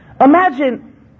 Imagine